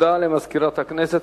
תודה למזכירת הכנסת.